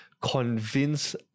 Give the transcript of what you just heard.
convince